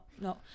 No